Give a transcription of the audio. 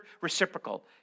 reciprocal